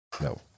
No